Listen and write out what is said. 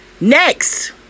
Next